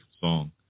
song